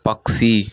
पक्षी